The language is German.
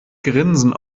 grinsen